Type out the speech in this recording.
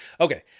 Okay